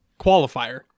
qualifier